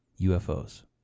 UFOs